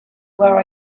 where